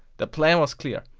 the plan was clear,